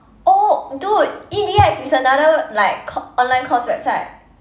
oh dude E_D_X is another like co~ online course website